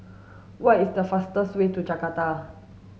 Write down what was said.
what is the fastest way to Jakarta